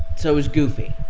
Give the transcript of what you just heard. so it was goofy.